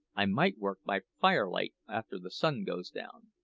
i might work by firelight after the sun goes down.